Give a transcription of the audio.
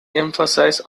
emphasis